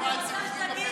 אני רוצה שתגיד,